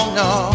no